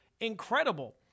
incredible